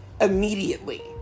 immediately